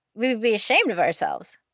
we would be ashamed of ourselves.